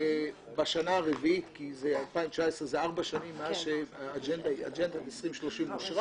שבשנה הרביעית כי זה 2019 זה ארבע שנים מאז שאג'נדת 2030 אושרה